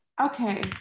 okay